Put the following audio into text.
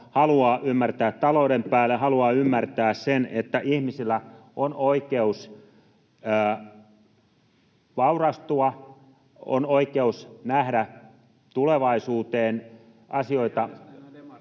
haluaa ymmärtää talouden päälle ja haluaa ymmärtää sen, että ihmisillä on oikeus vaurastua, on oikeus nähdä tulevaisuuteen asioita